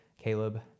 Caleb